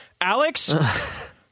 Alex